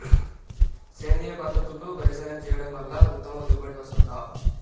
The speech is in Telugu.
సేంద్రీయ పద్ధతుల్లో వ్యవసాయం చేయడం వల్ల ఉత్తమ దిగుబడి వస్తుందా?